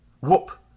WHOOP